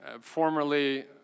formerly